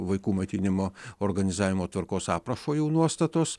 vaikų maitinimo organizavimo tvarkos aprašo jau nuostatos